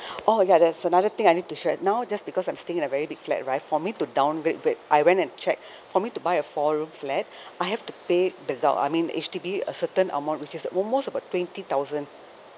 orh ya there's another thing I need to share now just because I'm staying in a very big flat right for me to downgrade back I went and check for me to buy a four room flat I have to pay the gov~ I mean H_D_B a certain amount which is almost about twenty thousand